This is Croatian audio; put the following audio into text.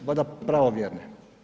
Valjda pravovjerne.